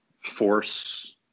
force